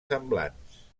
semblants